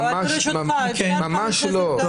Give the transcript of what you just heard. ממש לא.